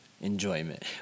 enjoyment